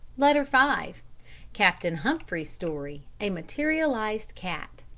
letter five captain humphries's story a materialized cat